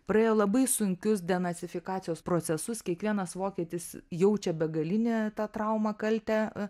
praėjo labai sunkius denacifikacijos procesus kiekvienas vokietis jaučia begalinę tą traumą kaltę